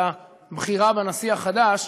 על הבחירה בנשיא החדש,